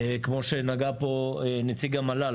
כמו שנגע פה נציג המל"ל,